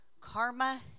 karma